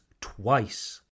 twice